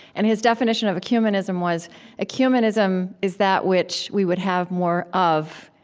and his definition of ecumenism was ecumenism is that which we would have more of,